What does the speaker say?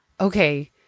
okay